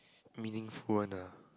meaningful one ah